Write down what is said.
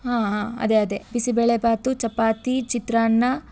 ಹಾಂ ಹಾಂ ಅದೇ ಅದೇ ಬಿಸಿಬೇಳೆ ಬಾತು ಚಪಾತಿ ಚಿತ್ರಾನ್ನ